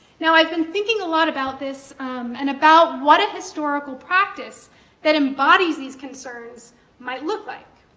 now i've been thinking a lot about this and about what a historical practice that embodies these concerns might look like.